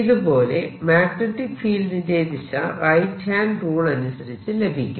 ഇതുപോലെതന്നെ മാഗ്നെറ്റിക് ഫീൽഡിന്റെ ദിശ റൈറ്റ് ഹാൻഡ് റൂൾ അനുസരിച്ച് ലഭിക്കും